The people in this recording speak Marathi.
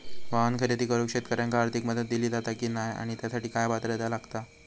वाहन खरेदी करूक शेतकऱ्यांका आर्थिक मदत दिली जाता की नाय आणि त्यासाठी काय पात्रता लागता?